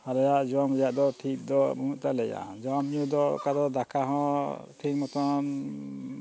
ᱟᱞᱮᱭᱟᱜ ᱡᱚᱢ ᱨᱮᱭᱟᱜ ᱫᱚ ᱴᱷᱤᱠ ᱫᱚ ᱵᱟᱹᱱᱩᱜ ᱛᱟᱞᱮᱭᱟ ᱡᱚᱢᱼᱧᱩ ᱫᱚ ᱚᱠᱟᱫᱚ ᱫᱟᱠᱟ ᱦᱚᱸ ᱴᱷᱤᱠ ᱢᱚᱛᱚᱱ